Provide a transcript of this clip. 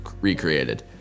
recreated